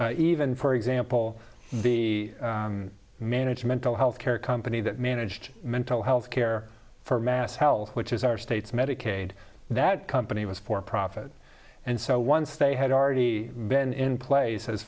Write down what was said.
even for example the managed mental health care company that managed mental health care for mass health which is our state's medicaid that company was for profit and so once they had already been in places